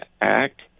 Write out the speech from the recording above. act